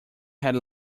had